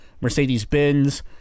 Mercedes-Benz